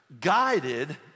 guided